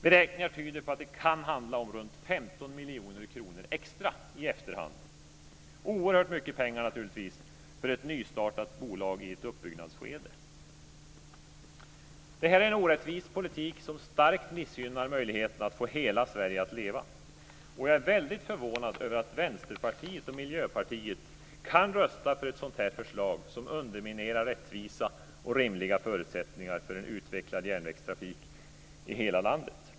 Beräkningar tyder på att det kan handla om runt 15 miljoner kronor extra i efterhand. Naturligtvis oerhört mycket pengar för ett nystartat bolag i ett uppbyggnadsskede. Det här är en orättvis politik som starkt missgynnar dem som vill få hela Sverige att leva. Jag är väldigt förvånad över att Vänsterpartiet och Miljöpartiet kan rösta för ett sådant här förslag, som underminerar rättvisa och rimliga förutsättningar för en utvecklad järnvägstrafik i hela landet.